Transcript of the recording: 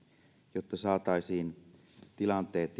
jotta saataisiin tilanteet